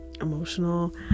emotional